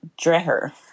Dreher